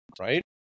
right